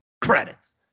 Credits